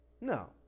No